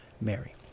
Mary